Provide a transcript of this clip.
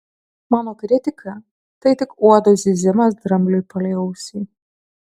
mano kritika tai tik uodo zyzimas drambliui palei ausį